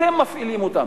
אתם מפעילים אותם.